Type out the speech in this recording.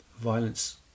violence